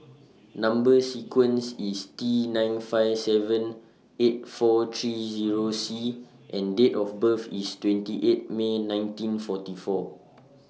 Number sequence IS T nine five seven eight four three Zero C and Date of birth IS twenty eight May nineteen forty four